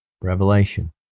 revelation